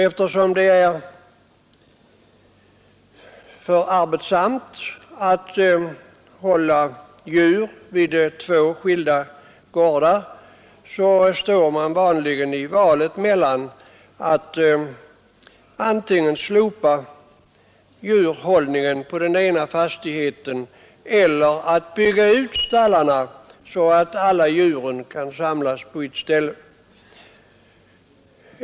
Eftersom det är för arbetsamt att hålla djur vid två skilda gårdar står man vanligen inför valet att antingen slopa djurhållningen på den ena fastigheten eller bygga ut stallarna så att alla djuren kan samlas på ett ställe.